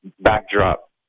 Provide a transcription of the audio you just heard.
backdrop